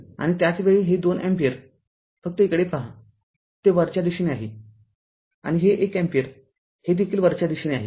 आणि त्याच वेळी हे २ अँपिअर फक्त इकडे पहा ते वरच्या दिशेने आहे आणि हे १ अँपिअरहे देखील वरच्या दिशेने आहे